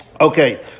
Okay